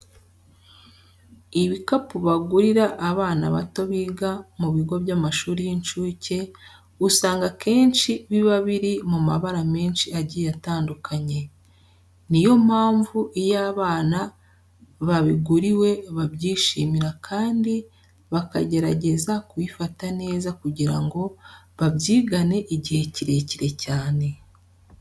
Ibikapu bagurira abana bato biga mu bigo by'amashuri y'incuke, usanga akenshi biba biri mu mabara menshi agiye atandukanue. Ni yo mpamvu iyo aba bana babiguriwe babyishimira kandi bakagerageza kubifata neza kugira ngo babyigane igihe kirekire cyane.